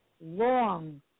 long